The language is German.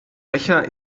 becher